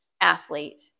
athlete